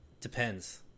Depends